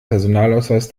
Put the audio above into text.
personalausweis